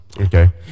okay